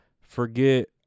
forget